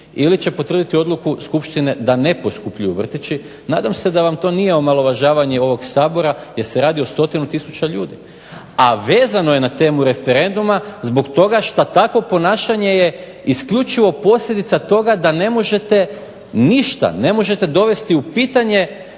ili će potvrditi odluku skupštine da ne poskupljuju vrtići. Nadam se da vam to nije omalovažavanje ovog Sabora jer se radi o 100 tisuća ljudi. A vezano je na temu referenduma zbog toga što takvo ponašanje je isključivo posljedica toga da ne možete ništa, ne možete dovesti u pitanje